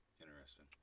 Interesting